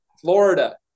Florida